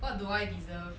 what do I deserve